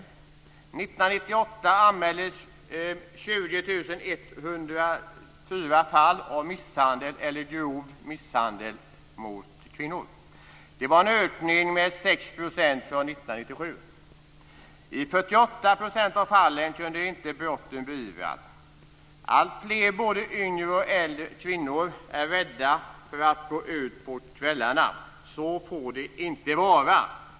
1998 anmäldes 20 104 fall av misshandel eller grov misshandel mot kvinnor. Det var en ökning med 6 % från 1997. I 48 % av fallen kunde inte brotten beivras. Alltfler, både yngre och äldre, kvinnor är rädda för att gå ut på kvällarna. Så får det inte vara.